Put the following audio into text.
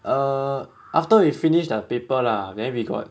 err after you finish the paper lah then we got